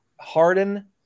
Harden